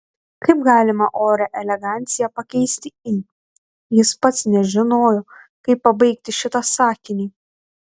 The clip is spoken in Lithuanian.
kaip galima orią eleganciją pakeisti į jis pats nežinojo kaip pabaigti šitą sakinį